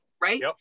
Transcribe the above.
Right